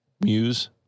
Muse